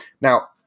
Now